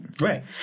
Right